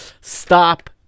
Stop